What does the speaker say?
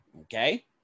Okay